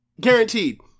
guaranteed